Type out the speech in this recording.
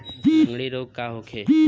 लगंड़ी रोग का होखे?